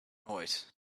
noise